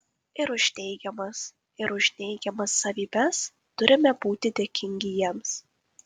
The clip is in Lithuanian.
ir už teigiamas ir už neigiamas savybes turime būti dėkingi jiems